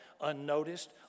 unnoticed